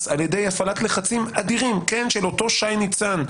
על-ידי הפעלת לחצים אדירים של אותו שי ניצן,